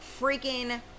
freaking